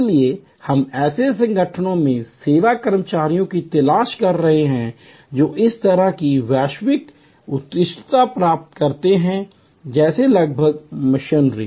इसलिए हम ऐसे संगठनों में सेवा कर्मचारियों की तलाश कर रहे हैं जो इस तरह की वैश्विक उत्कृष्टता प्राप्त करते हैं जैसे लगभग मिशनरी